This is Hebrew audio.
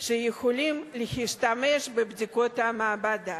יכולה להשתמש בבדיקות מעבדה.